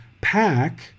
pack